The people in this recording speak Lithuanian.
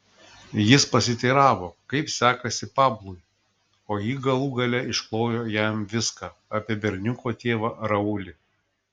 jis pasiteiravo kaip sekasi pablui o ji galų gale išklojo jam viską apie berniuko tėvą raulį